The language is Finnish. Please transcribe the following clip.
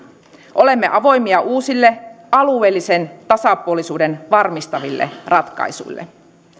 olemme avoimia uusille alueellisen tasapuolisuuden varmistaville ratkaisuille